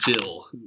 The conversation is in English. Bill